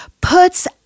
puts